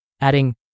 Adding